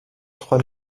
trois